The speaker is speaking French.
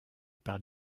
par